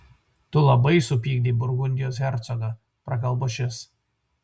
tu labai supykdei burgundijos hercogą prakalbo šis